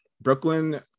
Brooklyn